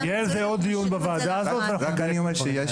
יהיה על זה עוד דיון בוועדה הזאת ו --- רק אני אומר שיש